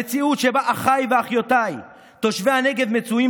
המציאות שבה אחיי ואחיותיי תושבי הנגב מצויים